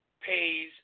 pays